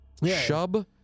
shub